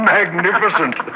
Magnificent